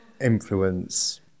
influence